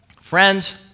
Friends